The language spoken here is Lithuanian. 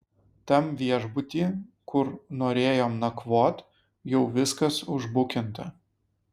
tam viešbuty kur norėjom nakvot jau viskas užbukinta